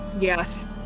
Yes